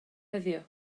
heddiw